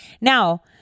now